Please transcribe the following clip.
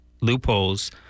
loopholes